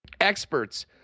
experts